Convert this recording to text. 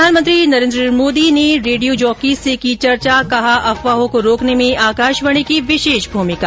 प्रधानमंत्री नरेन्द्र मोदी ने radio jockeys से की चर्चा कहा अफवाहों को रोकने में आकाशवाणी की विशेष भूमिका